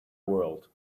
world